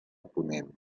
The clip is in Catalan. ponent